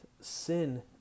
Sin